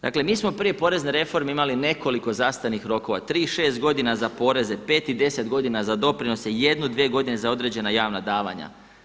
Dakle mi smo prije porezne reforme imali nekoliko zastarnih rokova, 3 i 6 godina za poreze, 5 i 10 godina za doprinose i 1, 2 godine za određena javna davanja.